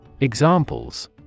Examples